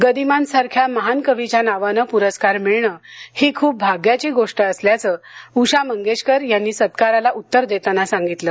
गदिमांसारख्या महान कवीच्या नावानं पुरस्कार मिळणं ही खूप भाग्याची गोष्ट असल्याचं उषा मंगेशकर यांनी सत्काराला उत्तर देताना सांगितलं